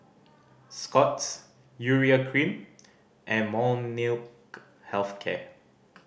Scott's Urea Cream and Molnylcke Health Care